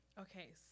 Okay